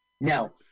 No